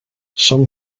some